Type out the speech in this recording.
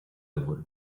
nuen